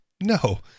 No